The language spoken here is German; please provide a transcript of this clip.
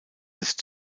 ist